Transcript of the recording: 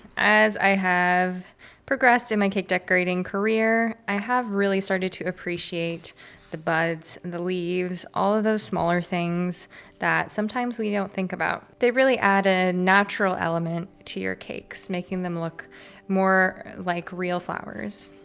as i have progressed in my cake decorating career, i have really started to appreciate the buds and the leaves, all of those smaller things that sometimes we don't think about, they really add a natural element to your cakes, making them look more like real flowers.